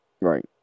Right